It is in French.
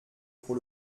pour